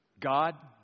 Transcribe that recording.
God